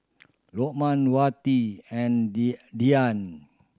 Lokman Wati and Dian